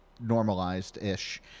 normalized-ish